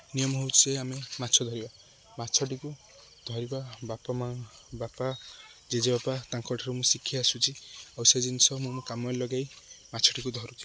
ନିୟମ ହେଉଛି ଆମେ ମାଛ ଧରିବା ମାଛଟିକୁ ଧରିବା ବାପା ମାଁ ବାପା ଜେଜେବାପା ତାଙ୍କଠାରୁ ମୁଁ ଶିଖିଆସୁଛି ଆଉ ସେ ଜିନିଷ ମୁଁ ମୋ କାମରେ ଲଗାଇ ମାଛଟିକୁ ଧରୁଛି